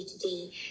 today